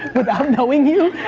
without knowing you.